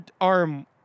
arm